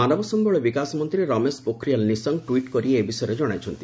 ମାନବ ସମ୍ଭଳ ବିକାଶ ମନ୍ତ୍ରୀ ରମେଶ ପୋଖରିଆଲ୍ ନିଶଙ୍କ ଟ୍ୱିଟ୍ କରି ଏ ବିଷୟରେ ଜଣାଇଛନ୍ତି